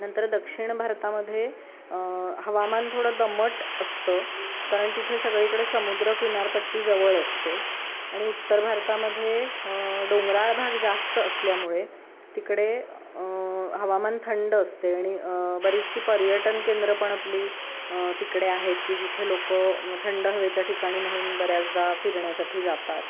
नंतर दक्षिण भारतामध्ये हवामान थोडं दमट असतं कारण तिथे सगळीकडे समुद्रकिनारपट्टी जवळ असते आणि उत्तर भारतामध्ये डोंगराळ भाग जास्त असल्यामुळे तिकडे हवामान थंड असते आणि बरीचशी पर्यटनकेंद्रं पण आपली तिकडे आहेत की जिथे लोकं थंड हवेच्या ठिकाणी म्हणून बऱ्याचदा फिरण्यासाठी जातात